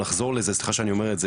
שבנגב הוא מאמץ גדול.